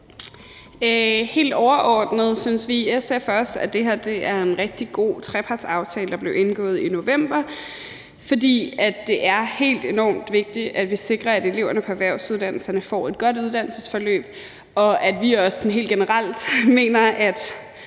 Helt overordnet synes vi i SF også, at det her er en rigtig god trepartsaftale, der blev indgået i november, fordi det er helt enormt vigtigt, at vi sikrer, at eleverne på erhvervsuddannelserne får et godt uddannelsesforløb, og fordi vi også sådan helt generelt